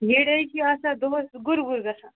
یٔڈ حظ چھُ آسان دۄہَس گُر گُر گژھان